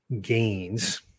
gains